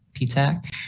PTAC